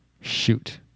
Shoot